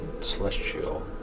Celestial